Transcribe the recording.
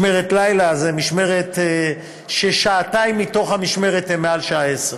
משמרת לילה היא משמרת ששעתיים מתוכה הן אחרי שעה 22:00,